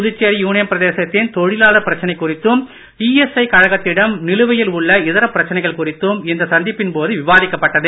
Puducherry union பிரதேசத்தின் தொழிலாளர் பிரச்சனை குறித்தும் இஎஸ்ஐ கழகத்திடம் நிலுவையில் உள்ள இதர பிரச்சனைகள் குறித்தும் இந்த சந்திப்பின் போது விவாதிக்கப்பட்டது